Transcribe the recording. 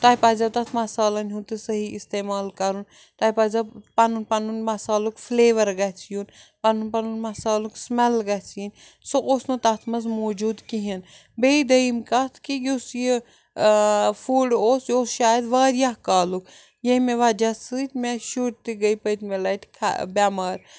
تۄہہِ پَزیو تَتھ مصالَن ہُنٛد تہٕ صحیح اِستعمال کَرُن تۄہہِ پَزیو پَنُن پَنُن مصالُک فلیوَر گَژھِ یُن پَنُن پَنُن مصالُک سٕمٮ۪ل گَژھِ یِنۍ سُہ اوس نہٕ تَتھ منٛز موٗجوٗد کِہیٖنۍ بیٚیہِ دٔیِم کَتھ کہِ یُس یہِ فُڈ اوس یہِ اوس شاید وارِیاہ کالُک ییٚمہِ وجہ سۭتۍ مےٚ شُرۍ تہِ گٔے پٔتمہِ لَٹہِ خَ بٮ۪مار